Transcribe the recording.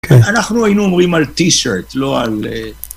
אנחנו היינו אומרים על טי שירט, לא על...